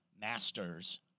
masters